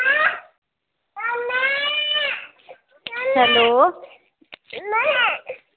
hello